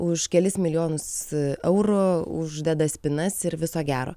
už kelis milijonus eurų uždeda spynas ir viso gero